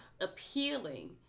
appealing